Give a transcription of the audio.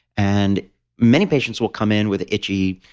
and many patients will come in with itchy,